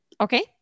Okay